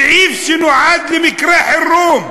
סעיף שנועד למקרה חירום,